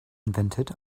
invented